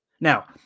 Now